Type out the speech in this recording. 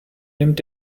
nimmt